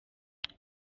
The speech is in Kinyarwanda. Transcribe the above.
kiri